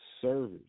service